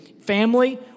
family